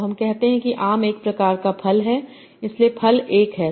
तो हम कहते हैं कि आम एक प्रकार का फल है इसलिए फल एक है